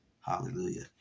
Hallelujah